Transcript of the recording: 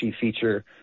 feature